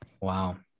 Wow